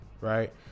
right